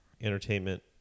Entertainment